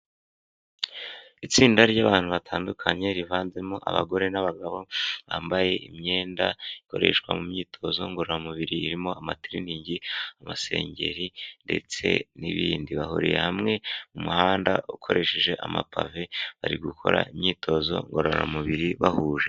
Itsinda ry'abantu batandukanye rivanzemo abagore n'abagabo bambaye imyenda ikoreshwa mu myitozo ngororamubiri irimo amateriningi, amasengeri ndetse n'ibindi. Bahuriye hamwe mu muhanda ukoresheje amapave bari gukora imyitozo ngororamubiri bahuje.